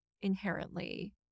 inherently